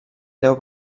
deu